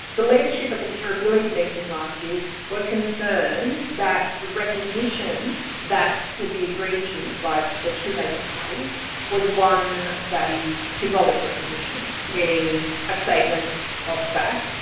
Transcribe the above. the leadership at the kirribilli meeting last year were concerned that recognition that would be agreed to by but the two major parties was one that is symbolic recognition, meaning a statement of fact,